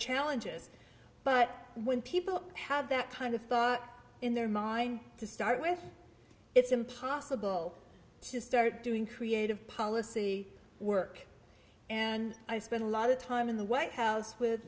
challenges but when people have that kind of thought in their mind to start with it's impossible to start doing creative policy work and i spend a lot of time in the white house